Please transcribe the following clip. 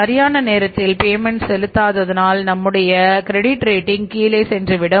சரியான நேரத்தில் பேமென்ட் செலுத்தாததால் நம்முடைய கிரேட் ரேட்டிங் கீழே சென்று சென்றுவிடும்